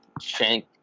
Shank